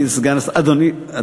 שלוש דקות, אני מזכיר.